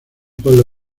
pueblo